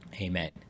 Amen